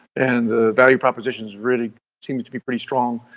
and value proposition really seems to be pretty strong.